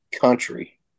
country